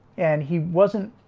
and he wasn't